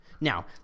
Now